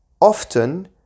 often